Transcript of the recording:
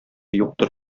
юктыр